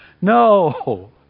No